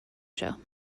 show